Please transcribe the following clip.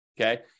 okay